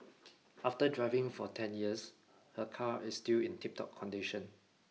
after driving for ten years her car is still in tiptop condition